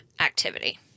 activity